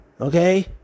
Okay